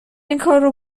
اینکارو